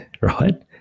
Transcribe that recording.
right